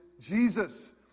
jesus